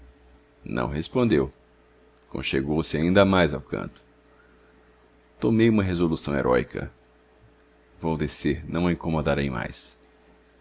não respondeu conchegou se ainda mais ao canto tomei uma resolução heróica vou descer não a incomodarei mais